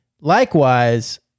Likewise